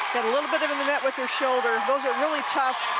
a little bit into the netwith her shoulder. those are really tough.